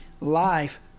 life